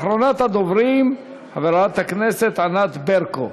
אחרונת הדוברים, חברת הכנסת ענת ברקו.